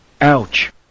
Ouch